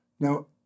Now